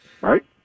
Right